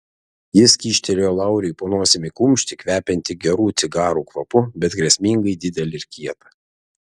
jis kyštelėjo lauriui po nosimi kumštį kvepiantį gerų cigarų kvapu bet grėsmingai didelį ir kietą